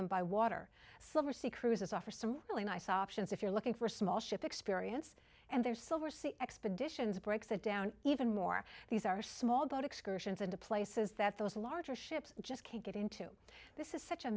them by water silversea cruises offer some really nice options if you're looking for small ship experience and their silver sea expeditions breaks it down even more these are small boat excursions into places that those larger ships just can't get into this is such a